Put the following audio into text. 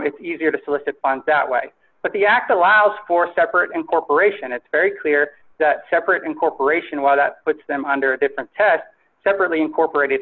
it's easier to solicit that way but the act allows for separate incorporation it's very clear that separate incorporation why that puts them under different test separately incorporated